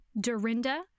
Dorinda